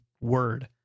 word